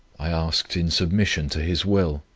i asked in submission to his will,